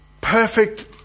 perfect